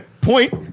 Point